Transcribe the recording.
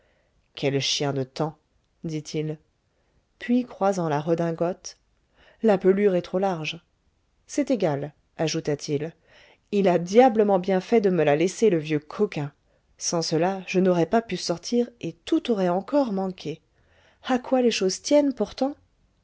quel chien de temps dit-il puis croisant la redingote la pelure est trop large c'est égal ajouta-t-il il a diablement bien fait de me la laisser le vieux coquin sans cela je n'aurais pas pu sortir et tout aurait encore manqué à quoi les choses tiennent pourtant